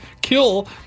kill